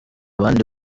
abandi